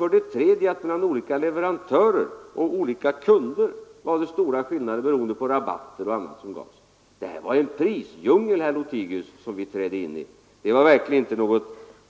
För det tredje var det stora skillnader mellan olika leverantörer och olika kunder — beroende på rabatter och på annat. Vi trädde in i en prisdjungel, herr Lothigius, det var verkligen inte